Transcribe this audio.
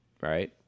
right